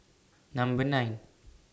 Number nine